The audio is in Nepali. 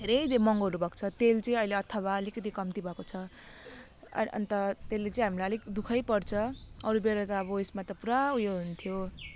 धेरै महँगोहरू भएको छ तेल चाहिँ अथवा अहिले अलिकति कम्ती भएको छ अहिले अन्त त्यसले चाहिँ हामीलाई अलिक दुखै पर्छ अरू बेला त अब उयसमा त पुरा उयो हुन्थ्यो